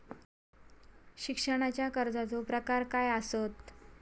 शिक्षणाच्या कर्जाचो प्रकार काय आसत?